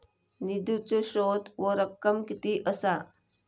निधीचो स्त्रोत व रक्कम कीती असा?